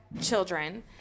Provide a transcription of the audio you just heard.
children